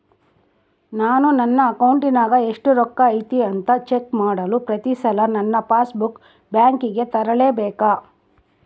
ನಾನು ನನ್ನ ಅಕೌಂಟಿನಾಗ ಎಷ್ಟು ರೊಕ್ಕ ಐತಿ ಅಂತಾ ಚೆಕ್ ಮಾಡಲು ಪ್ರತಿ ಸಲ ನನ್ನ ಪಾಸ್ ಬುಕ್ ಬ್ಯಾಂಕಿಗೆ ತರಲೆಬೇಕಾ?